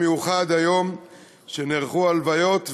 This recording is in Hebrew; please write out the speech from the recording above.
במיוחד היום שנערכו בו הלוויות,